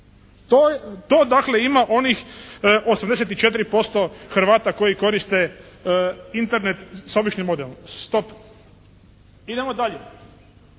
To dakle ima onih 84% Hrvata koji koriste Internet s običnim modemom. Stop. Idemo dalje.